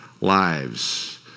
lives